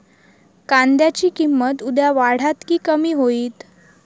कांद्याची किंमत उद्या वाढात की कमी होईत?